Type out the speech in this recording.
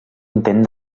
intent